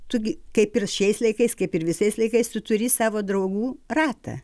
tu gi kaip ir šiais laikais kaip ir visais laikais tu turi savo draugų ratą